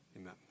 Amen